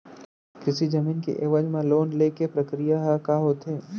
कृषि जमीन के एवज म लोन ले के प्रक्रिया ह का होथे?